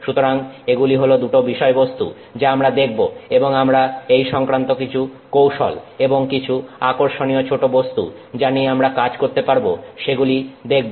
সুতরাং এগুলি হল দুটি বিষয়বস্তু যা আমরা দেখব এবং আমরা এই সংক্রান্ত কিছু কৌশল এবং কিছু আকর্ষণীয় ছোট বস্তু যা নিয়ে আমরা কাজ করতে পারব সেগুলি দেখব